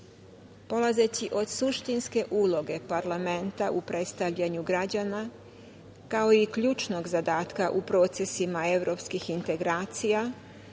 od suštinske uloge parlamenta u predstavljanju građana, kao i ključnog zadatka u procesima evropskih integracija